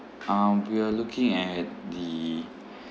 um we are looking at the